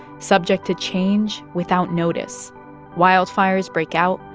subject to change without notice wildfires break out,